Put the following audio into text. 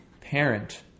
parent